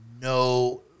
No